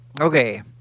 Okay